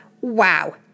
wow